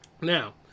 Now